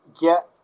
get